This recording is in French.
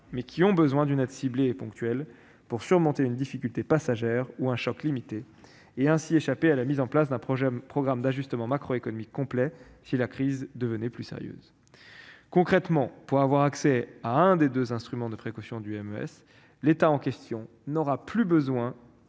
mais qui ont besoin d'une aide ciblée et ponctuelle pour surmonter une difficulté passagère ou un choc limité et, ainsi, échapper à la mise en place d'un programme d'ajustement macroéconomique complet, si la crise devenait plus sérieuse. Concrètement, pour avoir accès à l'un des deux instruments de précaution du MES, l'État en question n'aura plus besoin